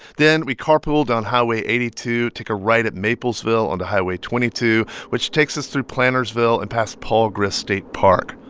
then we carpool down highway eighty two, take a right at maplesville onto highway twenty two, which takes us through plantersville and past paul grist state park,